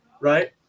Right